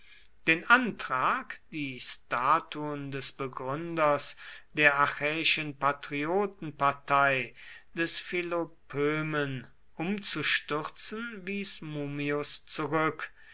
den antrag die statuen des begründers der achäischen patriotenpartei des philopömen umzustürzen wies mummius zurück